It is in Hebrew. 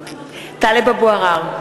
(קוראת בשמות חברי הכנסת) טלב אבו עראר,